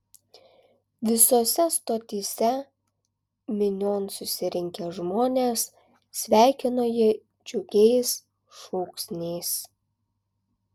visose stotyse minion susirinkę žmonės sveikino jį džiugiais šūksniais